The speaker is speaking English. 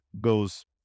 goes